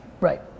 Right